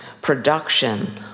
production